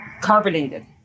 carbonated